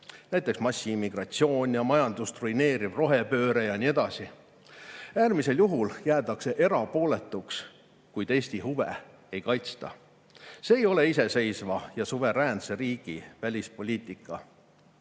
näiteks massiimmigratsioon, majandust ruineeriv rohepööre ja nii edasi. Äärmisel juhul jäädakse erapooletuks, kuid Eesti huve ei kaitsta. See ei ole iseseisva ja suveräänse riigi välispoliitika. Ja